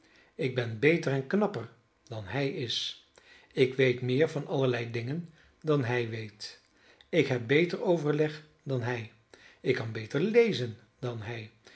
ik ben beter en knapper dan hij is ik weet meer van allerlei dingen dan hij weet ik heb beter overleg dan hij ik kan beter lezen dan hij